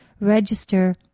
register